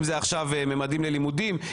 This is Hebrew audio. אם זה עכשיו ממדים ללימודים,